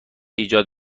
ایجاد